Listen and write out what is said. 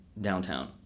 downtown